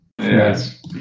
Yes